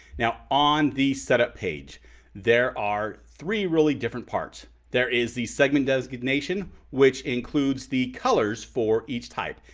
now, on the setup page there are three really different parts. there is the segment designation, which includes the colors for each type.